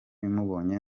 mubonye